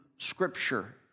Scripture